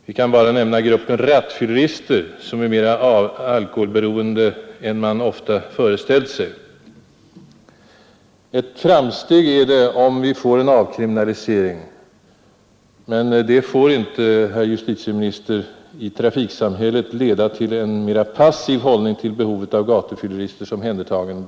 Vi kan bara exemplifiera med gruppen rattfyllerister, som är mera alkoholberoende än man ofta föreställt sig. Ett framsteg är det om vi får en avkriminalisering, men det får inte, herr justitieminister, i trafi behovet av gatufylleristers omhändertagande.